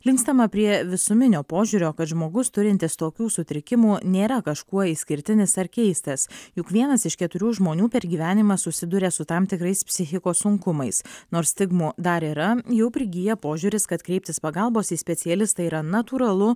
linkstama prie visuminio požiūrio kad žmogus turintis tokių sutrikimų nėra kažkuo išskirtinis ar keistas juk vienas iš keturių žmonių per gyvenimą susiduria su tam tikrais psichikos sunkumais nors stigmų dar yra jau prigyja požiūris kad kreiptis pagalbos į specialistą yra natūralu